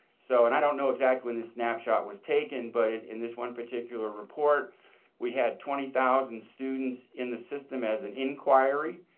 so and i don't know exactly when this snapshot was taken, but in this one particular report we had twenty thousand students in the system as an inquiry,